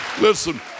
Listen